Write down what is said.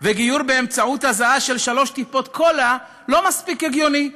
וגיור באמצעות הזאה של שלוש טיפות קולה לא מספיק הגיוני?